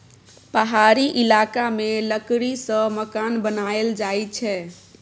पहाड़ी इलाका मे लकड़ी सँ मकान बनाएल जाई छै